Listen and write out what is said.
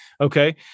Okay